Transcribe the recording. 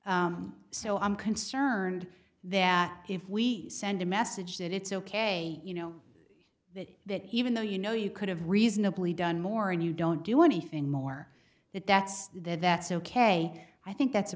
test so i'm concerned that if we send a message that it's ok you know that even though you know you could have reasonably done more and you don't do anything more that that's that's ok i think that's a